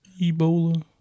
Ebola